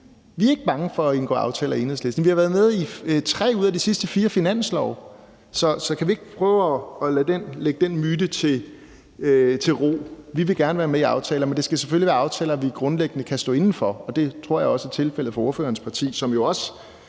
Vi er ikke bange for at indgå aftaler i Enhedslisten. Vi har været med i tre ud af de sidste fire finanslove. Så kan vi ikke prøve at dysse den myte til ro? Vi vil gerne være med i aftaler, men det skal selvfølgelig være aftaler, vi grundlæggende kan stå inde for, og det tror jeg også er tilfældet for ordførerens parti, som jo også